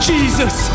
Jesus